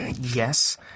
yes